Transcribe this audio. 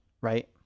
right